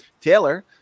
taylor